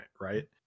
right